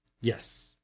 Yes